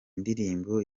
ndirimbo